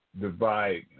divide